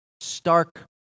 stark